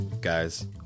guys